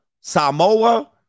Samoa